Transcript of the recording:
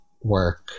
work